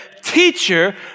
teacher